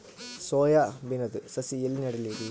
Soya ಬಿನದು ಸಸಿ ಎಲ್ಲಿ ನೆಡಲಿರಿ?